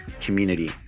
community